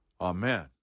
Amen